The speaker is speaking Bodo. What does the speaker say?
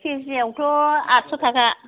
केजि आवथ' आतस' थाखा